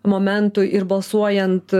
momentu ir balsuojant